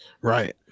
right